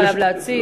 לא חייבים "להציק".